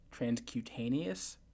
transcutaneous